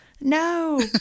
No